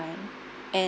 and